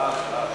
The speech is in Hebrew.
סעיפים 1